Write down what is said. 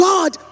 God